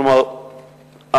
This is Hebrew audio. כלומר,